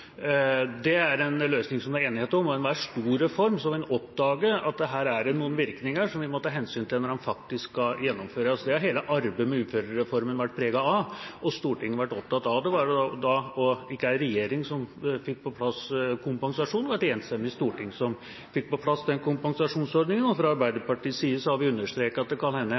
er det en løsning som det er enighet om. Ved enhver stor reform vil en oppdage at det er noen virkninger som en må ta hensyn til når den faktisk skal gjennomføres. Det har hele arbeidet med uførereformen vært preget av, og Stortinget har vært opptatt av det. Vi fikk en regjering som fikk på plass kompensasjon, og et enstemmig storting som fikk på plass kompensasjonsordninga. Fra Arbeiderpartiets side har vi understreket at det kan hende